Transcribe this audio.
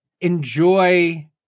enjoy